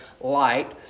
light